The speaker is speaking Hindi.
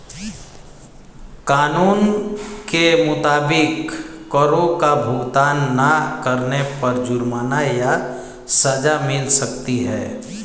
कानून के मुताबिक, करो का भुगतान ना करने पर जुर्माना या सज़ा मिल सकती है